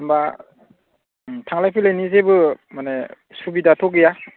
होम्बा थांलाय फैलायनि जेबो माने सुबिदाथ' गैया